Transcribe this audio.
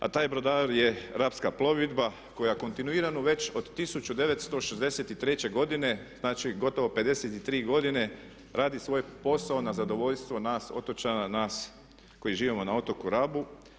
A taj brodar je Rapska plovidba koja kontinuirano već od 1963.godine znači gotovo 53 godine radi svoj posao na zadovoljstvo nas otočana, nas koji živimo na otoku Rabu.